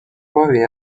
باری